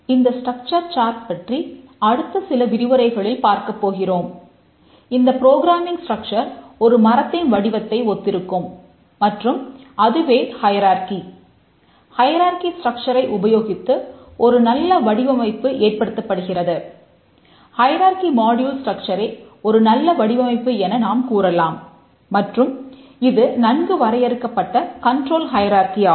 இந்த structure short ஆகும்